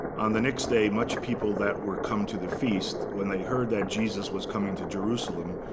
on the next day, much people that were come to the feast, when they heard that jesus was coming to jerusalem,